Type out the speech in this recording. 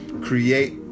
create